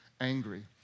angry